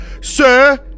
sir